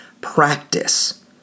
practice